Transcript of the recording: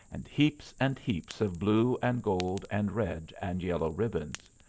and heaps and heaps of blue and gold and red and yellow ribbons.